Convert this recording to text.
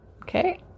okay